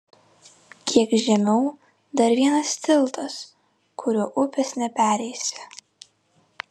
kiek žemiau dar vienas tiltas kuriuo upės nepereisi